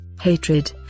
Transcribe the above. hatred